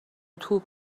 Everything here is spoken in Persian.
توپ